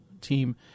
team—